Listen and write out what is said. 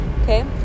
Okay